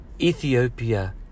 Ethiopia